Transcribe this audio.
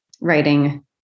writing